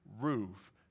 roof